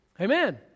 Amen